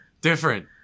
different